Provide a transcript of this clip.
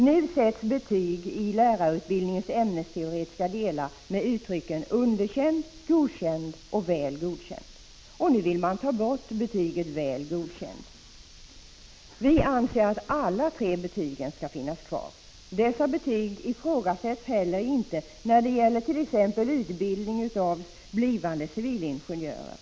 Nu sätts betyg i lärarutbildningens ämnesteoretiska delar med uttrycken Underkänd, Godkänd, Väl godkänd. Nu vill man ta bort betyget Väl godkänd. Vi anser att alla tre betygen skall finnas kvar. Dessa betyg ifrågasätts heller inte när det gäller t.ex. utbildning av blivande civilingenjörer.